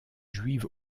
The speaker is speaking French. juive